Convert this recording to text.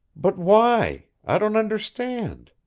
but why? i don't understand.